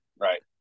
Right